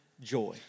joy